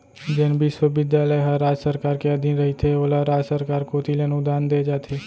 जेन बिस्वबिद्यालय ह राज सरकार के अधीन रहिथे ओला राज सरकार कोती ले अनुदान देय जाथे